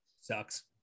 Sucks